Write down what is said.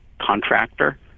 contractor